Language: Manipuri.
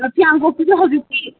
ꯐꯤꯌꯥꯡꯀꯣꯛꯇꯨꯁꯨ ꯍꯧꯖꯤꯛꯇꯤ